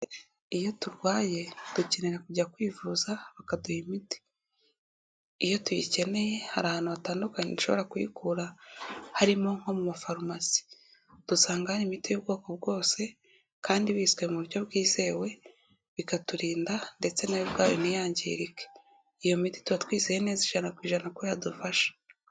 Iyo turwaye dukeneyera kujya kwivuza bakaduha imiti, iyo tuyikeneye hari ahantu hatandukanye dushobora kuyikura, harimo nko mu mafarumasi. Dusanga hari imiti y'ubwoko bwose kandi bizwi mu buryo bwizewe, bikaturinda ndetse nayo bwayo ntiyangirike. Iyo miti turaba twizeye neza ijana kuana ko yadufasha.